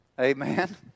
Amen